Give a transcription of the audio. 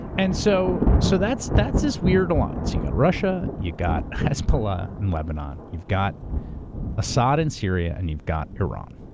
and so so that's that's this we're alliance, you got russia, you got hezbollah and lebanon, you've got assad in syria, and you've got iran.